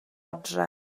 adre